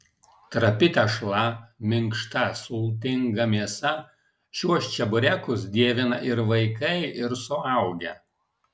trapi tešla minkšta sultinga mėsa šiuos čeburekus dievina ir vaikai ir suaugę